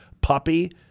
puppy